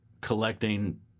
collecting